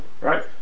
Right